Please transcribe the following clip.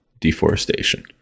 deforestation